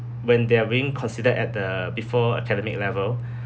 when they are being considered at the before academic level